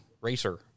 racer